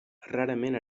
rarament